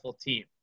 team